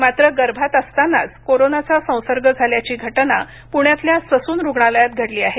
मात्र गर्भात असतानाच कोरोनाचा संसर्ग झाल्याची घटना पुण्यातल्या ससून रुग्णालयात घडली आहे